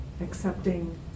accepting